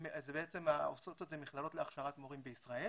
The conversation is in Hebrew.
בעצם עושות את זה מכללות להכשרת מורים בישראל